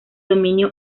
dominio